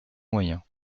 moyen